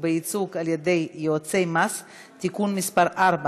בייצוג על ידי יועצי מס (תיקון מס' 4),